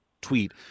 tweet